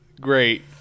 great